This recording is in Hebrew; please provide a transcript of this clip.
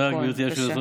תודה, גברתי היושבת-ראש.